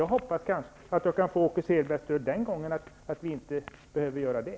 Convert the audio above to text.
Jag hoppas att vi kan få Åke Selbergs stöd så att vi inte behöver göra det.